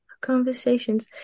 conversations